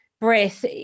breath